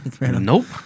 Nope